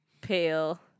pale